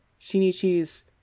Shinichi's